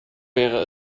wäre